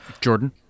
Jordan